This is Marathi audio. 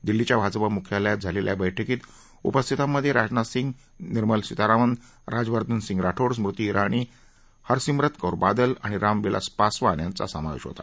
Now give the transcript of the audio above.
दिल्लीच्या भाजपा मुख्यालयात झालेल्या या बैठकीत उपस्थितामधे राजनाथ सिंग निर्मला सीतारामन राज्यर्धन राठोड स्मृती इराणी हरसिम्रत कौर बादल आणि राम विलास पासवान यांचा समावेश होता